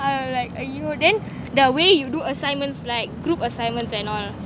I will like you know then the way you do assignments like group assignments and all